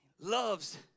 Loves